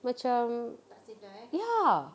macam ya